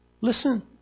listen